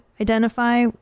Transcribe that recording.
identify